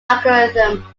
algorithm